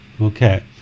Okay